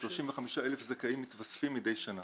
35,000 זכאים מתווספים מדי שנה